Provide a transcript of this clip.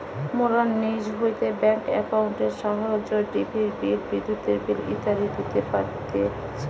মোরা নিজ হইতে ব্যাঙ্ক একাউন্টের সাহায্যে টিভির বিল, বিদ্যুতের বিল ইত্যাদি দিতে পারতেছি